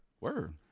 Word